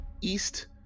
east